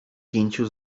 pięciu